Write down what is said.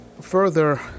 further